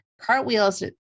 Cartwheels